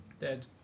Dead